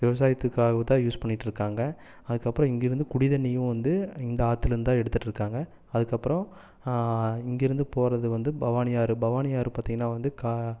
விவசாயத்துக்காக தான் யூஸ் பண்ணிகிட்டு இருக்காங்க அதுக்கப்புறம் இங்கிருந்து குடி தண்ணீயும் வந்து இந்த ஆற்றிலேந்துதான் எடுத்துகிட்டு இருக்காங்க அதுக்கப்புறம் இங்கேருந்து போகிறது வந்து பவானி ஆறு பவானி ஆறு பார்த்திங்கன்னா வந்து